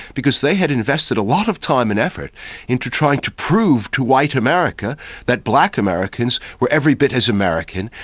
because they had invested a lot of time and effort into trying to prove to white america that black americans were every bit as american,